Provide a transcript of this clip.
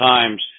Times